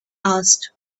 asked